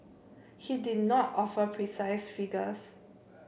he did not offer precise figures